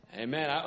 Amen